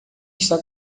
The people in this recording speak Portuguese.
está